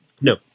No